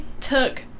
took